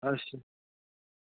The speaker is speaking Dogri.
अच्छा